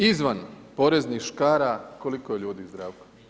Izvan poreznih škara, koliko je ljudi Zdravko?